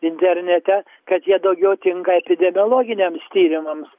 internete kad jie daugiau tinka epidemiologiniams tyrimams